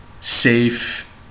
safe